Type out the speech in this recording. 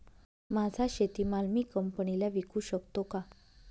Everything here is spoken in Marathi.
माझा शेतीमाल मी कंपनीला विकू शकतो का?